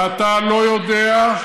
ואתה לא יודע,